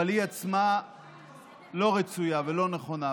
אבל היא עצמה אינה רצויה ואינה נכונה.